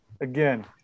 Again